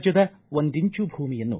ರಾಜ್ಯದ ಒಂದಿಂಚು ಭೂಮಿಯನ್ನೂ